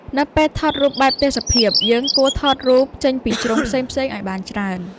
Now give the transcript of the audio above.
នៅពេលថតរូបបែបទេសភាព យើងគួរថតរូបចេញពីជ្រុងផ្សេងៗឱ្យបានច្រើន។